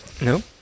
No